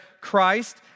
Christ